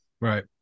Right